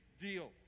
deal